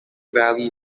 valley